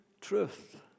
truth